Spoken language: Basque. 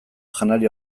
janari